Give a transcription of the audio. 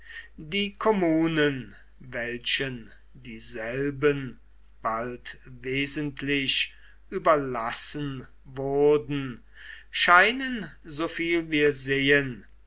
die kommunen welchen dieselben bald wesentlich überlassen wurden scheinen soviel wir sehen